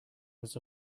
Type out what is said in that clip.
was